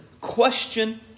question